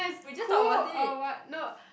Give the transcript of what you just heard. who or what no